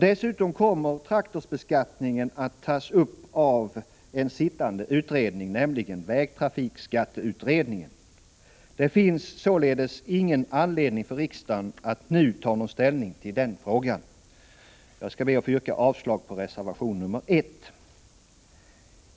Dessutom kommer traktorsbeskattningen att tas upp av en sittande utredning, nämligen vägtrafikskatteutredningen. Det finns således ingen anledning för riksdagen att nu ta någon ställning till denna fråga.